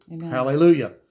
Hallelujah